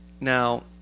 Now